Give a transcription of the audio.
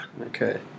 Okay